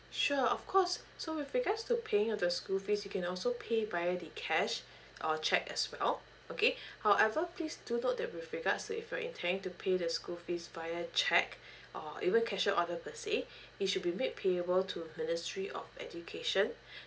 sure of course so with regards to paying up the school fees you can also pay via the cash or cheque as well okay however please do note that with regards if you're intending to pay the school fees via cheque or even cashier order per say it should be made payable to ministry of education